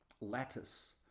lattice